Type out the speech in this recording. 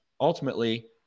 ultimately